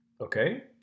okay